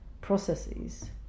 processes